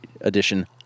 edition